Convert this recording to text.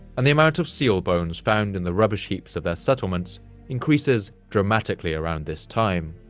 and the amount of seal bones found in the rubbish heaps of their settlements increases dramatically around this time.